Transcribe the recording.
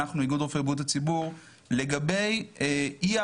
10:03 ואנחנו מתחילים דיון בנושא הצעת צו בריאות